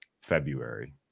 February